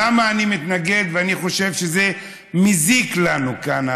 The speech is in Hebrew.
למה אני מתנגד ואני חושב שזה מזיק לנו כאן,